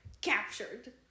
captured